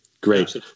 Great